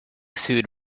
sued